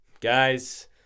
Guys